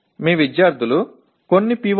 ஆனால் உங்கள் மாணவர்களுக்கு சில பி